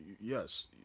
Yes